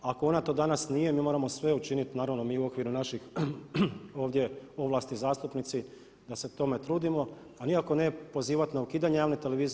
Ako ona to danas nije, mi moramo sve učiniti naravno mi u okviru naših ovdje ovlasti zastupnici da se tome trudimo, a nikako ne pozivati na ukidanje javne televizije.